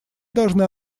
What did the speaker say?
должны